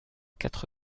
quatre